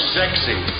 sexy